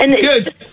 Good